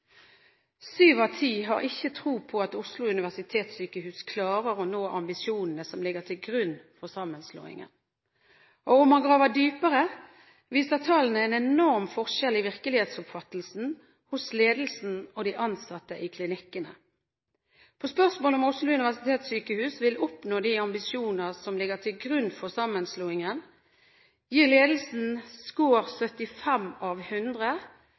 Syv av ti har ikke tro på at Oslo universitetssykehus klarer å nå ambisjonene som ligger til grunn for sammenslåingen, og om man graver dypere, viser tallene en enorm forskjell i virkelighetsoppfatning mellom ledelsen og de ansatte i klinikkene. På spørsmål om Oslo universitetssykehus vil oppnå de ambisjoner som ligger til grunn for sammenslåingen, gir ledelsen score 75 av 100,